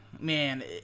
man